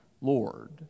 Lord